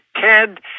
Ted